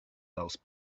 those